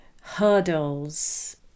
hurdles